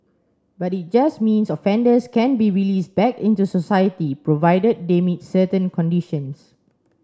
but it just means offenders can be released back into society provided they meet certain conditions